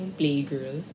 playgirl